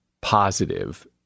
positive